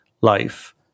life